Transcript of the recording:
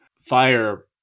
fire